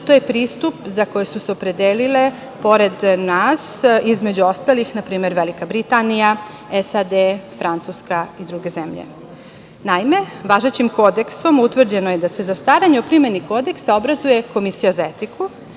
To je pristup za koji su se opredelile, pored nas, između ostalih, na primer, Velika Britanija, SAD, Francuska i druge zemlje. Naime, važećim Kodeksom je utvrđeno da se za staranje o primeni Kodeksa obrazuje komisija za etiku,